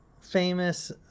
famous